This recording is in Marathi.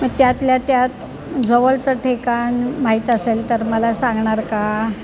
मग त्यातल्या त्यात जवळचं ठिकाण माहीत असेल तर मला सांगणार का